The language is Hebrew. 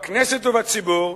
בכנסת ובציבור,